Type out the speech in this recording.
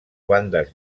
bandes